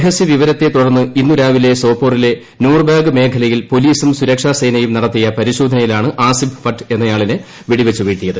രഹസ്യ വിവരത്തെ തുടർന്ന് ഇന്ന് രാവിലെ സോപ്പോറിലെ നൂർബാഗ് മേഖലയിൽ പോലീസും സുരക്ഷാസേനയും നട്തിയ പരിശോധനയിലാണ് ആസിഫ് മഗ്ബൂൾ ഭട്ട് എന്നയാളിനെ വെടിവെച്ചുവീഴ്ത്തിയത്